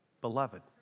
beloved